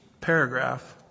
paragraph